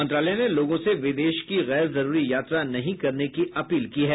मंत्रालय ने लोगों से विदेश की गैर जरूरी यात्रा नहीं करने की अपील की है